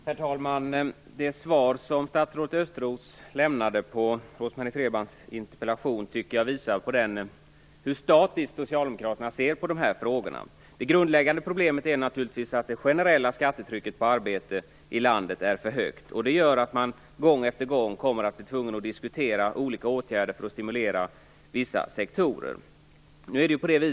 Herr talman! Det svar som statsrådet Östros lämnade på Rose-Marie Frebrans interpellation tycker jag visar hur statiskt socialdemokraterna ser på de här frågorna. Det grundläggande problemet är naturligtvis att det generella skattetrycket på arbete är för högt här i landet. Det gör att man gång efter gång kommer att bli tvungen att diskutera olika åtgärder för att stimulera vissa sektorer.